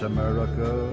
America